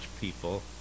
people